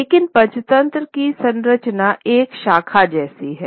लेकिन पंचतंत्र की संरचना एक शाखा जैसी है